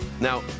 Now